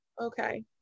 okay